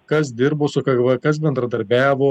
kas dirbo su kgb kas bendradarbiavo